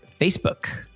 Facebook